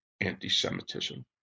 anti-Semitism